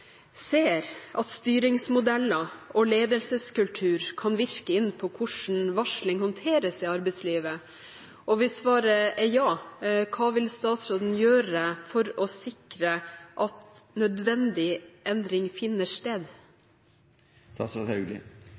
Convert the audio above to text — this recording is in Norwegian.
ser at styringsmodeller og ledelseskultur kan virke inn på hvordan varsling håndteres i arbeidslivet. Hvis svaret er ja, hva vil statsråden da gjøre for å sikre at nødvendig endring finner sted?